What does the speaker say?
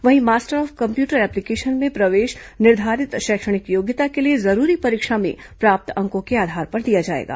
वहीं master of computer application में प्रवेश निर्धारित शैक्षणिक योग्यता के लिए जरूरी परीक्षा में प्राप्त अंकों के आधार पर दिया जाएगा